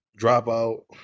dropout